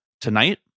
tonight